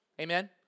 amen